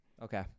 Okay